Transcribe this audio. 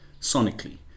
sonically